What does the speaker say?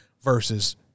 versus